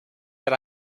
that